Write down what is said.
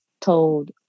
told